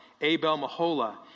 Abel-Mahola